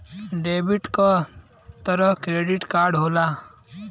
डेबिटे क तरह क्रेडिटो कार्ड होला